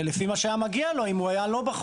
לפי מה שהיה מגיע לו אם הוא לא היה בחוק.